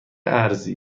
ارزی